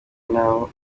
nabo